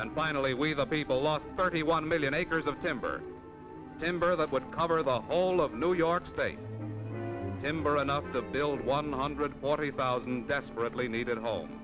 and finally we the people lost thirty one million acres of timber timber that would cover the whole of new york state ember enough to build one hundred forty thousand desperately needed a home